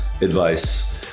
advice